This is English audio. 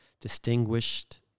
distinguished